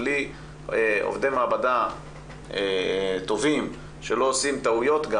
בלי עובדי מעבדה טובים שלא עושים טעויות,